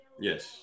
Yes